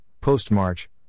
post-March